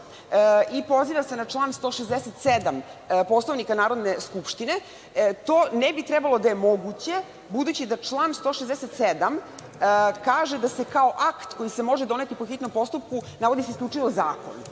i poziva se na član 167. Poslovnika Narodne skupštine. To ne bi trebalo da je moguće, budući da član 167. kaže da se kao akt koji se može doneti po hitnom postupku navodi isključivo zakon. Ja